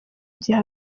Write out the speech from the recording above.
igihe